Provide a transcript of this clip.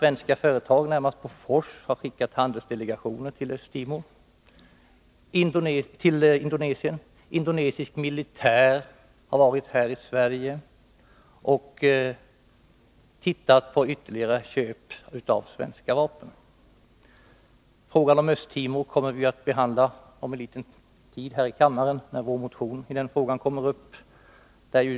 Svenska företag, närmast Bofors, har skickat handelsdelegationer till Indonesien. Indonesisk militär har varit i Sverige och tittat på svenska vapen för ytterligare inköp. Frågan om Östtimor kommer vi att behandla om någon tid här i kammaren, när vår motion kommer upp till behandling.